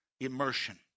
immersion